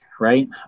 right